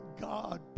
God